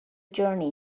journey